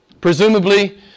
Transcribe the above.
Presumably